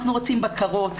אנחנו רוצים בקרות,